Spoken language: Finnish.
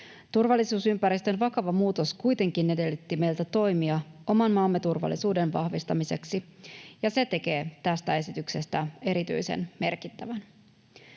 Turvallisuusympäristön vakava muutos kuitenkin edellytti meiltä toimia oman maamme turvallisuuden vahvistamiseksi, ja se tekee tästä esityksestä erityisen merkittävän.